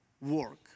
work